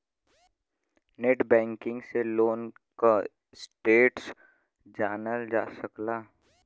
net banking से loan क status जानल जा सकला